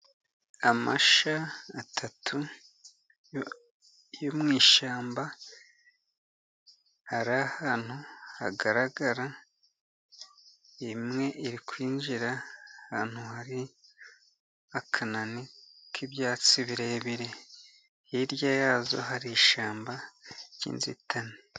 Amasha atatu yo mu ishyamba, ari ahantu hagaragara, imwe iri kwinjira ahantu hari akanani k'ibyatsi birebire, hirya yazo hari ishyamba ry'inzitane.